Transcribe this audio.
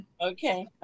Okay